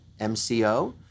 MCO